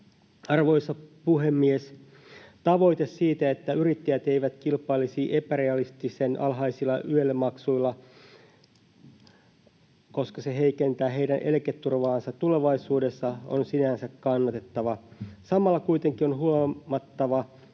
Arvoisa puhemies! Tavoite siitä, että yrittäjät eivät kilpailisi epärealistisen alhaisilla YEL-maksuilla, koska se heikentää heidän eläketurvaansa tulevaisuudessa, on sinänsä kannatettava. Samalla kuitenkin on huomattava,